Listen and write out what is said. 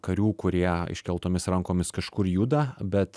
karių kurie iškeltomis rankomis kažkur juda bet